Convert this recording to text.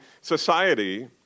society